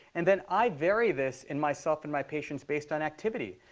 and then i vary this in myself and my patients based on activity.